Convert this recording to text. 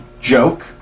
joke